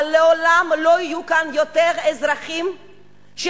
אבל לעולם לא יהיו כאן אזרחים שיסבלו